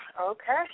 Okay